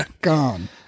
gone